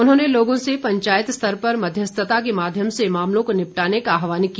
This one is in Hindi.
उन्होंने लोगों से पंचायत स्तर पर मध्यस्थता के माध्यम से मामलों को निपटाने का आहवान किया